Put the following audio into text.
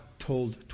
told